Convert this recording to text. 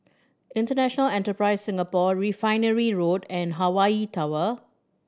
International Enterprise Singapore Refinery Road and Hawaii Tower